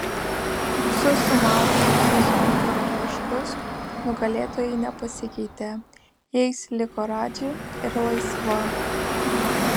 susumavus visus vakaro taškus nugalėtojai nepasikeitė jais liko radži ir laisva